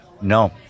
No